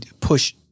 push